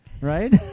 right